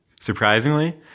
surprisingly